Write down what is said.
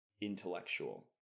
intellectual